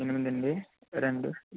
ఎనిమిది అండి రండి